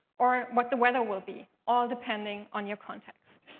or what the weather will be, all depending on your context.